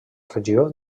regió